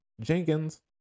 jenkins